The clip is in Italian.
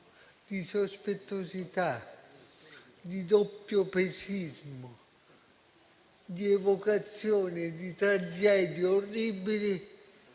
di sospettosità, di doppiopesismo, di evocazione di tragedie orribili,